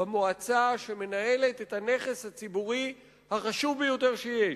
במועצה שמנהלת את הנכס הציבורי החשוב ביותר שיש